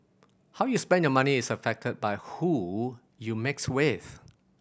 how you spend your money is affected by who you mix with